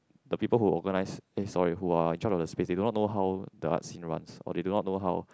the people who organise eh sorry who are in charge of the space they do not know how the arts scene runs or they do not know how